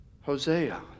Hosea